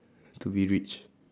to be rich